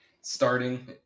starting